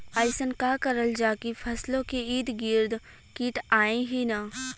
अइसन का करल जाकि फसलों के ईद गिर्द कीट आएं ही न?